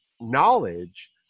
knowledge